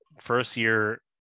first-year